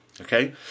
okay